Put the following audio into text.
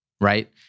right